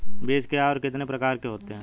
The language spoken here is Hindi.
बीज क्या है और कितने प्रकार के होते हैं?